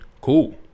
Cool